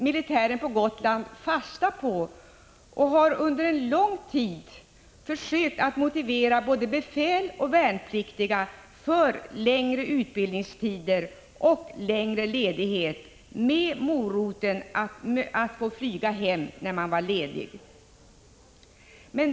Militären på Gotland tog fasta på detta och har under lång tid försökt motivera både befäl och värnpliktiga för längre utbildningstider och längre ledighet med moroten att de får flyga hem när de är lediga.